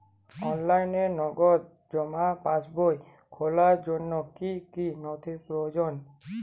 অনলাইনে নগদ জমা পাসবই খোলার জন্য কী কী নথি প্রয়োজন?